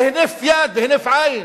בהינף יד, בהינף עין,